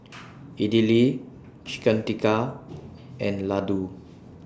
Idili Chicken Tikka and Ladoo